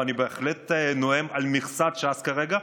אני בהחלט נואם על מכסת ש"ס כרגע,